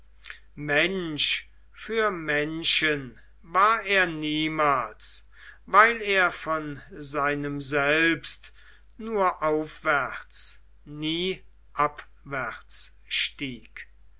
mensch für menschen war er niemals weil er von seinem selbst nur aufwärts nie abwärts stieg